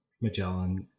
Magellan